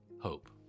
hope